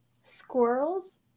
Squirrels